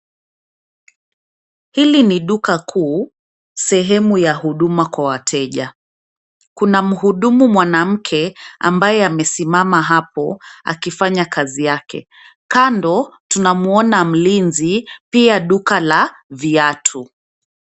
Hili ni duka kuu, sehemu ya huduma kwa wateja. Kuna mhudumu mwanamke ambaye amesimama hapo, akifanya kazi yake. Kando, tunamuona mlinzi, pia duka la viatu.